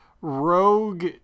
rogue